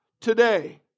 today